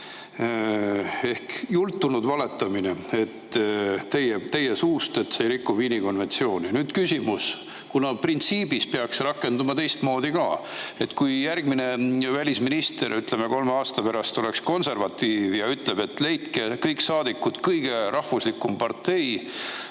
Jultunud valetamine teie suust, et see ei riku Viini konventsiooni! Nüüd küsimus. Printsiibis peaks rakenduma ka teistmoodi. Kui järgmine välisminister, ütleme, kolme aasta pärast on konservatiiv ja ütleb, et leidke, kõik saadikud, kõige rahvuslikum partei